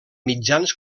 mitjans